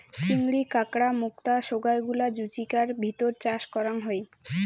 চিংড়ি, কাঁকড়া, মুক্তা সোগায় গুলা জুচিকার ভিতর চাষ করাং হই